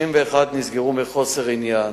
ו-61 נסגרו מחוסר עניין.